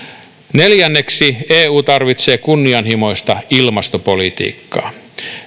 neljänneksi eu tarvitsee kunnianhimoista ilmastopolitiikkaa